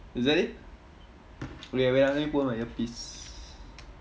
is that it wait ah wait ah let me put on my earpiece